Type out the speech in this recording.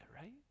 right